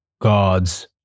God's